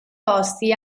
posti